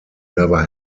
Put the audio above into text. never